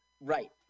Right